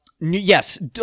yes